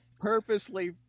purposely